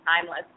timeless